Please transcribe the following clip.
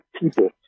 people